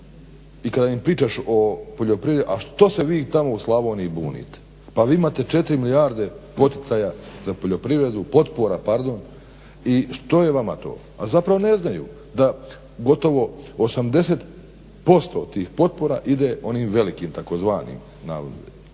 i kada im pričaš o poljoprivredi a što se vi tamo u Slavoniji bunite pa vi imate 4 milijarde poticaja za poljoprivredu, potpora pardon, i što je vama to. A zapravo ne znaju da gotovo 80% tih potpora ide onim velikim takozvanim, a samo